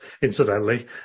incidentally